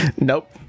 nope